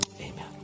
Amen